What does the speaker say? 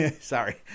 sorry